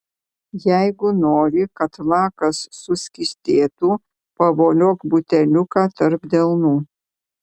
jeigu nori kad lakas suskystėtų pavoliok buteliuką tarp delnų